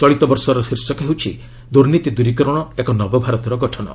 ଚଳିତ ବର୍ଷର ଶୀର୍ଷକ ହେଉଛି ଦୁର୍ନୀତି ଦୂରୀକରଣ ଏକ ନବଭାରତର ଗଠନ